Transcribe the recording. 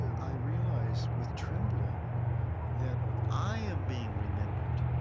i realize with trembling that i am being remembered.